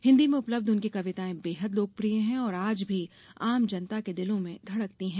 हिन्दी में उपलब्ध उनकी कविताएं बेहद लोकप्रिय हैं और आज भी आम जनता के दिलों में धड़कती हैं